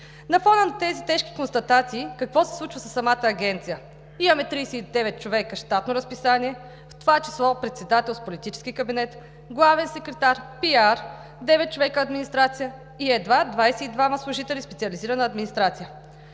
На фона на тези тежки констатации какво се случва със самата агенция? Имаме 39 човека щатно разписание, в това число председател с политически кабинет, главен секретар, пиар, девет човека администрация и едва 22 служители специализирана администрация.